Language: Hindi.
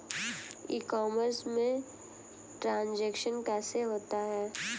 ई कॉमर्स में ट्रांजैक्शन कैसे होता है?